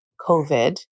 COVID